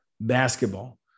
basketball